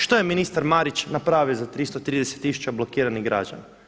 Što je ministar Marić napravio za 330 000 blokiranih građana?